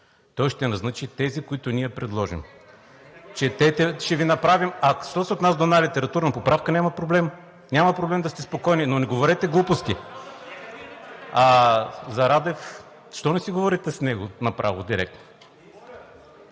Той ще назначи тези, които ние предложим. Четете. А що се отнася до една литературна поправка, няма проблем. Няма проблем, за да сте спокойни. Но не говорете глупости. За Радев – защо не си говорите с него направо, директно?